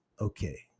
Okay